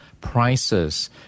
prices